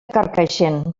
carcaixent